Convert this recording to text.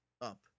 up